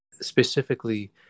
specifically